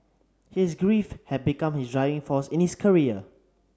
his grief had become his driving force in his career